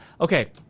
Okay